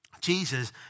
Jesus